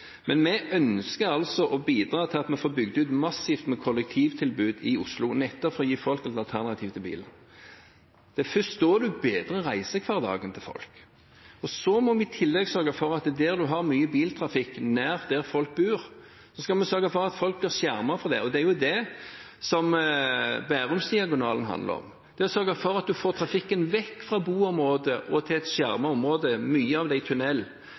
Men vi ønsker altså å bidra til at vi massivt får bygd ut kollektivtilbudet i Oslo nettopp for å gi folk et alternativ til bil. Det er først da man bedrer reisehverdagen til folk. Så må vi i tillegg sørge for at der det er mye biltrafikk i nærheten av der folk bor, blir folk skjermet. Det er det Bærumsdiagonalen handler om, det å sørge for at man får trafikken vekk fra boområder og til et skjermet område, mye av det i tunnel.